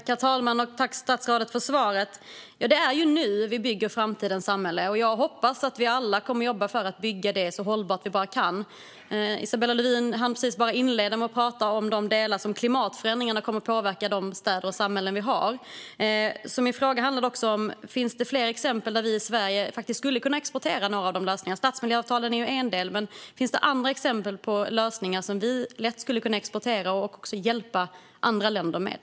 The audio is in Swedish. Herr talman! Tack, statsrådet, för svaret! Det är nu vi bygger framtidens samhälle. Jag hoppas att vi alla kommer att jobba för att bygga det så hållbart vi kan. Isabella Lövin hann bara inleda med att tala om de delar som handlar om hur klimatförändringarna kommer att påverka de städer och samhällen som vi har. Min fråga handlade också om det finns fler exempel där vi i Sverige skulle kunna exportera lösningar. Stadsmiljöavtal är ju en del, men finns det andra exempel på lösningar som vi lätt skulle kunna exportera och också hjälpa andra länder med?